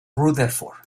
rutherford